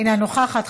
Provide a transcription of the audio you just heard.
אינה נוכחת,